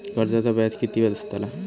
कर्जाचा व्याज किती बसतला?